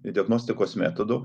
diagnostikos metodų